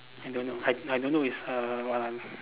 I don't know I I don't know it's her one or not